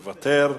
מוותר.